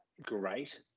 great